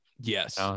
Yes